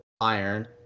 iron